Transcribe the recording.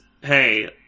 hey